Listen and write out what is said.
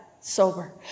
sober